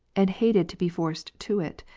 and hated to be forced to it.